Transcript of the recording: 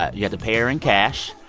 you had to pay her in cash.